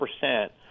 percent